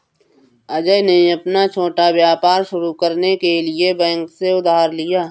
अजय ने अपना छोटा व्यापार शुरू करने के लिए बैंक से उधार लिया